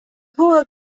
hoher